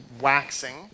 waxing